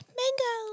mango